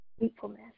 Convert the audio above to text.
Faithfulness